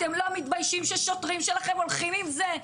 אתם לא מתביישים ששוטרים שלכם הולכים עם זה ?